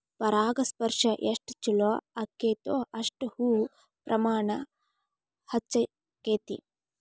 ಪರಾಗಸ್ಪರ್ಶ ಎಷ್ಟ ಚುಲೋ ಅಗೈತೋ ಅಷ್ಟ ಹೂ ಪ್ರಮಾಣ ಹೆಚ್ಚಕೈತಿ